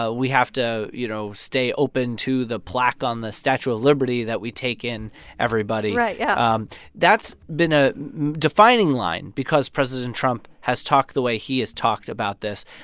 ah we have to, you know, stay open to the plaque on the statue of liberty that we take in everybody right. yeah um that's been a defining line because president trump has talked the way he has talked about this.